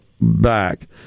back